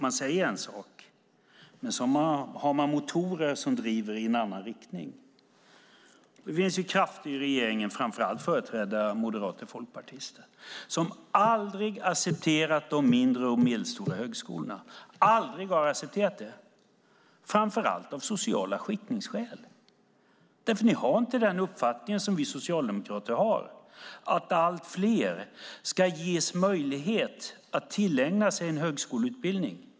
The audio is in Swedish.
Man säger en sak, men man har motorer som driver i en annan riktning. Det finns krafter i regeringen, framför allt företrädda av moderater och folkpartister, som aldrig har accepterat de mindre och medelstora högskolorna, framför allt på grund av den sociala skiktningen. Ni har inte den uppfattning som vi socialdemokrater har att allt fler ska ges möjlighet att tillägna sig en högskoleutbildning.